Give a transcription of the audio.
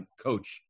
coach